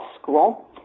school